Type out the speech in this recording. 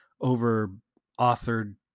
over-authored